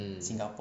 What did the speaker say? mm